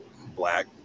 black